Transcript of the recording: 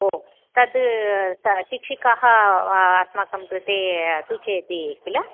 ओ तद् सा शिक्षिकाः अस्माकं कृते सूचयन्ति किल